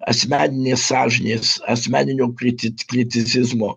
asmeninės sąžinės asmeninio kritic kriticizmo